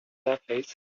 surface